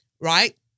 right